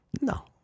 No